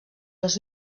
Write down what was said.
les